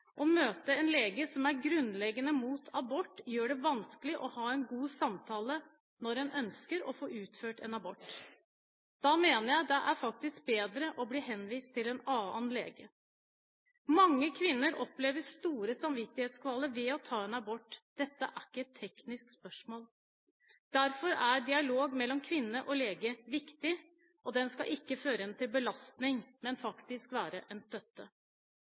Å møte en lege som er grunnleggende mot abort, gjør det vanskelig å ha en god samtale når en ønsker å få utført en abort. Da mener jeg at det faktisk er bedre å bli henvist til en annen lege. Mange kvinner opplever store samvittighetskvaler ved å ta en abort. Dette er ikke et teknisk spørsmål. Derfor er dialogen mellom kvinne og lege viktig, og den skal ikke føre til en belastning, men faktisk være en støtte.